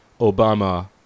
Obama